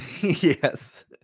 Yes